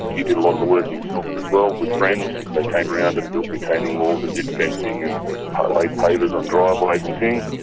he did a lot of the work himself as well with friends, they came around and built retaining walls and did fencing and laid pavers on driveways and things.